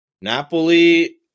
Napoli